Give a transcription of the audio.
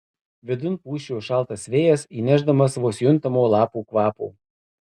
vidun pūsčiojo šaltas vėjas įnešdamas vos juntamo lapų kvapo